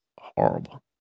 horrible